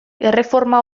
erreforma